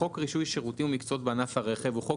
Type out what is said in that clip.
חוק רישוי שירותים ומקצועות בענף הרכב הוא חוק